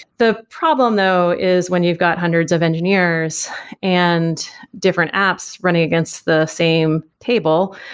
the problem though is when you've got hundreds of engineers and different apps running against the same table.